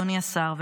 אדוני השר,